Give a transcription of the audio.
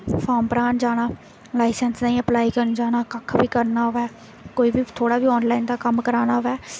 form भरान जाना licence ताईं अप्लाई करन जाना कक्ख बी करना होऐ कोई बी थोह्ड़ा बी आनलाइन दा कम्म कराना होऐ